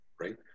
right